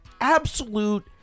absolute